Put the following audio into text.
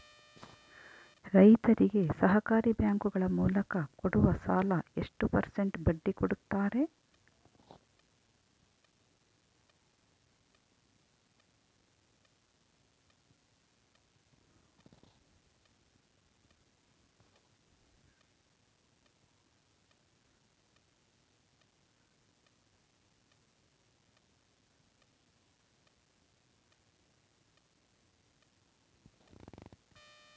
ರೈತರಿಗೆ ಸಹಕಾರಿ ಬ್ಯಾಂಕುಗಳ ಮೂಲಕ ಕೊಡುವ ಸಾಲ ಎಷ್ಟು ಪರ್ಸೆಂಟ್ ಬಡ್ಡಿ ಕೊಡುತ್ತಾರೆ?